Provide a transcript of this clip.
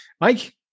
mike